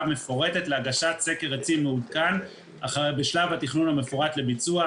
מפורטת להגשת סקר עצים מעודכן בשלב התכנון המפורט לביצוע,